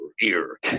ear